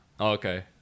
Okay